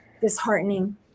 disheartening